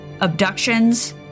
abductions